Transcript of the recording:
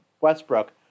Westbrook